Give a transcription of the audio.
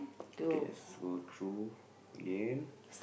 okay let's go through again